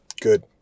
Good